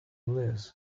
liz